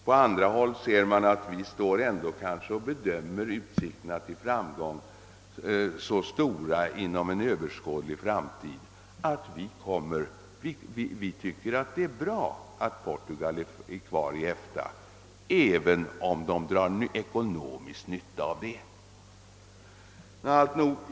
På andra håll bedömer man kanske utsikterna till framgång inom en överskådlig framtid som så stora, att man tycker att det är bra att Portugal står kvar i EFTA, även om landet drar ekonomisk nytta av det.